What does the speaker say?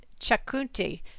Chakunti